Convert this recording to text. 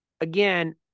again